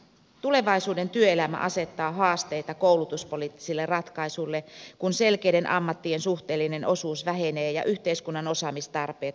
tulevaisuuden työelämä asettaa haasteita koulutuspoliittisille ratkaisuille kun selkeiden ammattien suhteellinen osuus vähenee ja yhteiskunnan osaamistarpeet muuttuvat